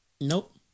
Nope